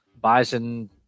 Bison